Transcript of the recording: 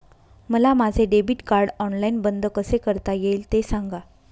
मला माझे debit card online बंद कसे करता येईल, ते सांगा